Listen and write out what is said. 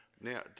Now